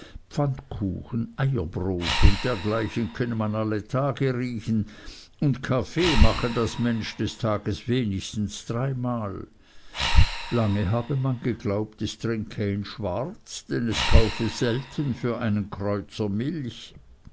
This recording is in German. pfannkuchen eierbrot und dergleichen könne man alle tage riechen und kaffee mache das mensch des tags wenigstens dreimal lange habe man geglaubt es trinke ihn schwarz denn es kaufe selten für einen kreuzer milch